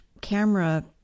camera